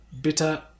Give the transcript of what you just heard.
Bitter